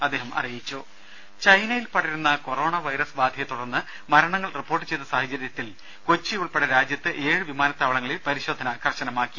ദേദ ചൈനയിൽ പടരുന്ന കൊറോണ വൈറസ് ബാധയെ തുടർന്ന് മരണങ്ങൾ റിപ്പോർട്ട് ചെയ്ത സാഹചര്യത്തിൽ കൊച്ചി ഉൾപ്പെടെ രാജ്യത്ത് ഏഴ് വിമാനത്താവളങ്ങളിൽ പരിശോധന കർശനമാക്കി